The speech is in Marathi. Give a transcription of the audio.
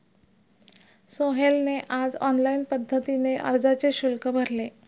सोहेलने आज ऑनलाईन पद्धतीने अर्जाचे शुल्क भरले